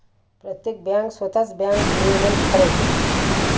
प्रत्येक बँक स्वतःच बँक नियमन ठरवते